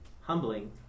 humbling